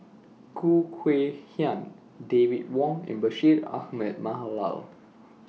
Khoo Kay Hian David Wong and Bashir Ahmad